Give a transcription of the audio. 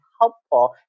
helpful